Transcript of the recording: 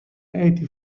eighty